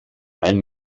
allen